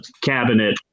cabinet